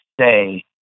say